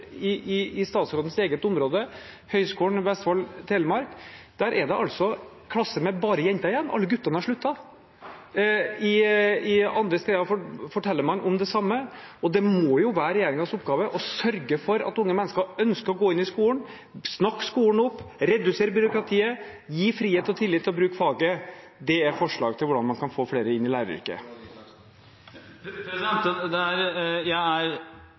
I statsrådens eget område, Høgskolen i Sørøst-Norge, er det klasser med bare jenter igjen, alle guttene har sluttet. På andre steder forteller man om det samme. Det må være regjeringens oppgave å sørge for at unge mennesker ønsker å gå inn i skolen. Snakk skolen opp, reduser byråkratiet, gi frihet og tillit til å bruke faget! Det er forslag til hvordan man kan få flere inn i læreryrket. Jeg er